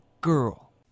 girl